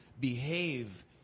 behave